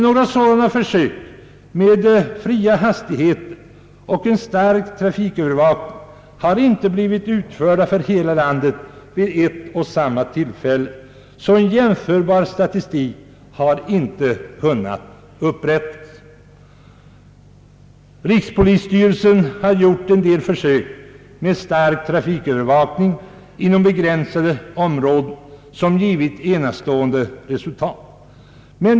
Några sådana försök med fria hastigheter och en stark trafikövervakning har emellertid inte blivit utförda för hela landet vid ett och samma tillfälle, varför en jämförbar statistik inte har kunnat upprättas. Rikspolisstyrelsen har gjort vissa försök med stark trafikövervakning inom begränsade områden och nått enastående resultat.